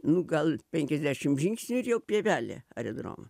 nu gal penkiasdešimt žingsnių ir jau pievelė aerodromo